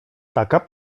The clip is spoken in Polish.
taka